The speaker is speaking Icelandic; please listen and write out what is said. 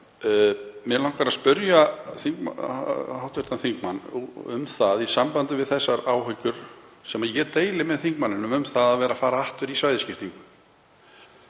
Mig langar að spyrja hv. þingmann, í sambandi við þessar áhyggjur sem ég deili með þingmanninum um það að vera að fara aftur í svæðisskiptingu,